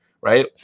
right